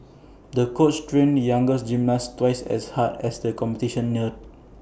the coach trained the young gymnast twice as hard as the competition neared